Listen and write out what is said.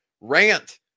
Rant